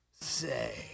Say